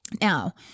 Now